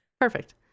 perfect